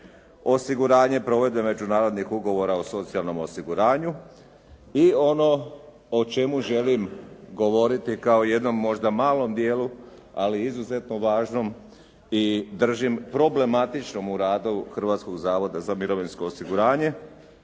osiguranje provedbe međunarodnih ugovora o socijalnom osiguranju i ono o čemu želim govoriti kao jednom možda malom dijelu ali izuzetno važnom i držim problematičnom u radu Hrvatskog zavoda za mirovinsko osiguranje